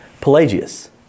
Pelagius